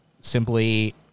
simply